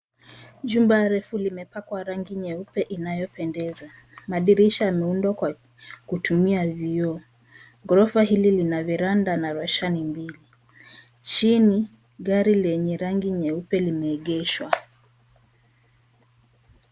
Jumba refu limepakwa rangi nyeupe inayopendeza. Madirisha yameundwa kwa kutumia vioo. Ghorofa hili lina veranda na roshani mbili. Chini gari lenye rangi nyeupe limeegeshwa.